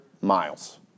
miles